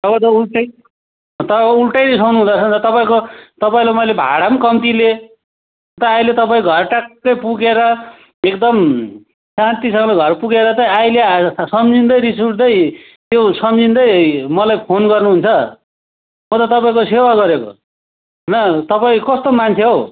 तपाईँ त उल्टै तपाईँ उल्टै रिसाउनु हुँदोरहेछ अन्त तपाईँको तपाईँलाई मैले भाडा पनि कम्ती लिएँ अन्त तपाईँ अहिले घर ट्याक्कै पुगेर एकदम शान्तिसँगले घर पुगेर चाहिँ अहिले आएर सम्झिँदै रिस उठ्दै त्यो सम्झिँदै मलाई फोन गर्नुहन्छ म त तपाईँको सेवा गरेको हन तपाईँ कस्तो मान्छे हौ